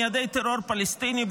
מיעדי טרור פלסטיני,